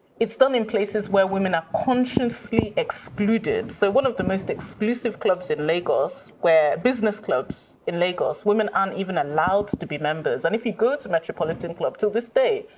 it's done in places where women are consciously excluded. so one of the most exclusive clubs in lagos where business clubs in lagos women aren't even allowed to be members. and if you go to metropolitan club, till this day,